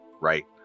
right